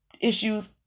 issues